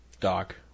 Doc